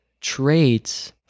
traits